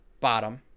bottom